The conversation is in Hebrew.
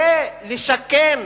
כדי לשקם